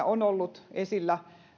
on ollut esillä